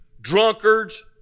drunkards